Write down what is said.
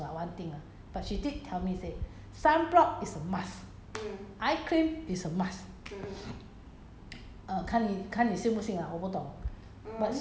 mm I haven't asked her what what brand she use lah one thing ah but she did tell me said sunblock is a must eye cream is a must